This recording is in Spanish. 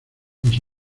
las